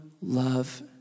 love